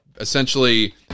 essentially